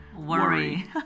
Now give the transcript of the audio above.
worry